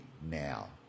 now